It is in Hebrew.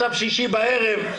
עכשיו שישי בערב,